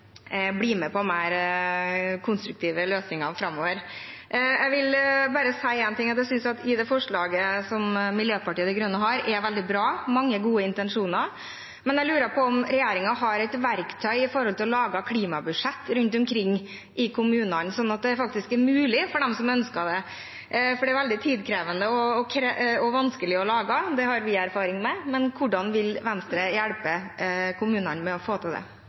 med på mer konstruktive løsninger framover. Jeg synes representantforslaget fra Miljøpartiet De Grønne er veldig bra, med mange gode intensjoner, men har regjeringen et verktøy for å lage klimabudsjett rundt omkring i kommunene, slik at det faktisk er mulig for dem som ønsker det? Det er veldig tidkrevende og vanskelig å lage. Det har vi erfaring med. Hvordan vil Venstre hjelpe kommunene med å få til det?